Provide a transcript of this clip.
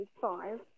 five